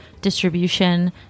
distribution